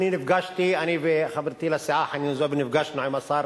היום בבוקר אני וחברתי לסיעה חנין זועבי נפגשנו עם השר